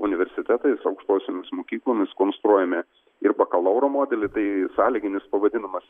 universitetais aukštosiomis mokyklomis konstruojame ir bakalauro modelį tai sąlyginis pavadinamas